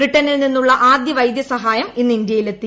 ബ്രിട്ടനിൽ നിന്നുളള ആദ്യ വൈദ്യ സഹായം ഇന്ന് ഇന്ത്യയിലെത്തി